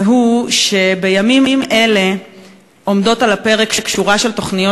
והוא שבימים אלה עומדת על הפרק שורה של תוכניות